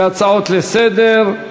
כהצעות לסדר-היום.